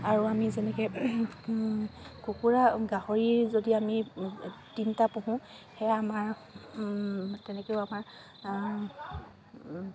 আৰু আমি যেনেকে কুকুৰা গাহৰি যদি আমি তিনটা পোহোঁ সেয়া আমাৰ তেনেকেও আমাৰ